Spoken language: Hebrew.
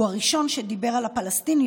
הוא הראשון שדיבר על הפלסטינים,